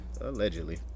allegedly